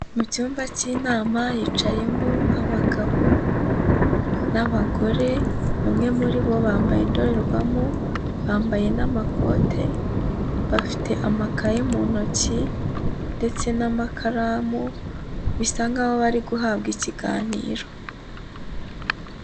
Mu cyumba cy'inama hicayemo abagabo n'abagore, bamwe muri bo bambaye indorerwamo, bambaye n'amakote, bafite amakaye mu ntoki ndetse n'amakaramu, bisa nkaho bari guhabwa ikiganiro.